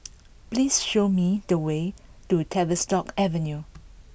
please show me the way to Tavistock Avenue